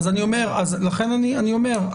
לכן אני אומר,